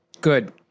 good